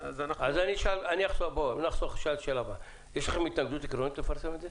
אני אשאל שאלה: יש לכם התנגדות עקרונית לפרסם את זה?